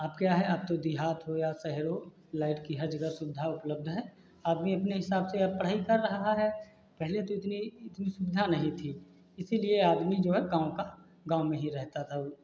अब क्या है अब तो देहात हो या शहर हो लाइट की हर जगह सुविधा उपलब्ध है आदमी अपने हिसाब से अब पढ़ाई कर रहा है पहले तो इतनी इतनी सुविधा नहीं थी इसीलिए आदमी जो है गाँव का गाँव में ही रहता था